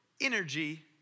energy